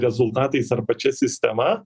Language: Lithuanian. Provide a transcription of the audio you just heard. rezultatais ar pačia sistema